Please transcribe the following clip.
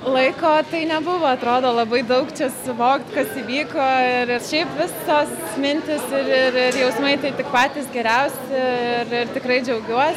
laiko tai nebuvo atrodo labai daug čia suvokt kas įvyko ir ir šiaip visos mintys ir ir jausmai tai tik patys geriausi ir ir tikrai džiaugiuosi